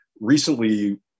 recently